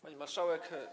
Pani Marszałek!